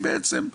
בעצם,